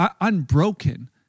unbroken